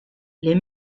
les